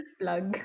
plug